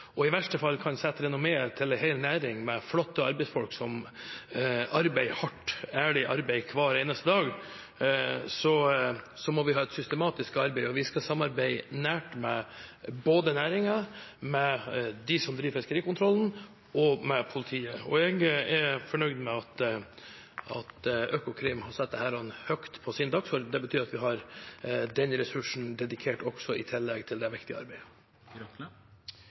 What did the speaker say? i verste fall kan skade rennommeet til en hel næring med flotte arbeidsfolk som driver med hardt, ærlig arbeid hver eneste dag, må vi ha et systematisk arbeid. Vi skal samarbeide nært med næringen, med dem som driver fiskerikontrollen og med politiet. Jeg er fornøyd med at Økokrim setter dette høyt på sin dagsorden. Det betyr at vi også har den ressursen dedikert i tillegg i dette viktige arbeidet.